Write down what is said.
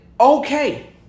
okay